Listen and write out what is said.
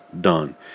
done